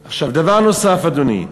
עכשיו, דבר נוסף, אדוני: